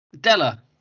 Della